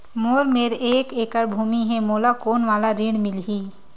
मोर मेर एक एकड़ भुमि हे मोला कोन वाला ऋण मिलही?